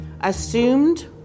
assumed